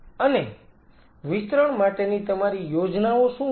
અને વિસ્તરણ માટેની તમારી યોજનાઓ શું છે